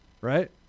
Right